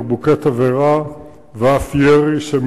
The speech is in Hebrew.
בקבוקי תבערה ואף ירי לכיוון המתחם,